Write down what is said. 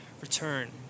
return